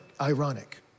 ironic